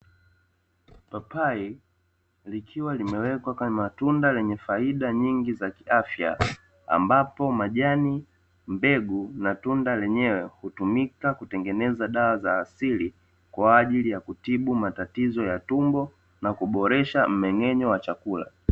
Papai likiwa limewekwa kama tunda lenye faida nyingi za kiafya, ambapo; majani, mbegu na tunda lenyewe hutumika kutengeneza dawa za asili, kwa ajili ya kutibu matatizo ya tumbo na kuboresha mmeng'enyo wa chakula.